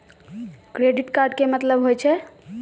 Credit card के मतलब होय छै?